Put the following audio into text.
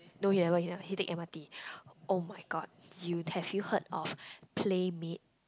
no he never he never he take M_R_T [oh]-my-god you have you heard of PlayMade